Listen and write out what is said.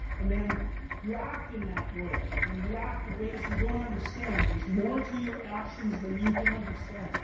and then you act in that world and you act in ways you don't understand. there's more to your actions then you can understand.